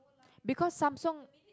because Samsung